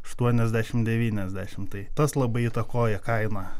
aštuoniasdešimt devyniasdešimt tai tas labai įtakoja kainą